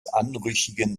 anrüchigen